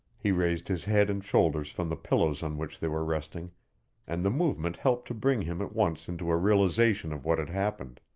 he raised his head and shoulders from the pillows on which they were resting and the movement helped to bring him at once into a realization of what had happened.